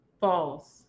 False